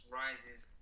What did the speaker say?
rises